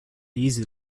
easy